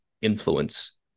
influence